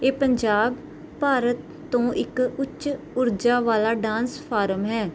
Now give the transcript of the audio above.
ਇਹ ਪੰਜਾਬ ਭਾਰਤ ਤੋਂ ਇੱਕ ਉੱਚ ਊਰਜਾ ਵਾਲਾ ਡਾਂਸ ਫਾਰਮ ਹੈ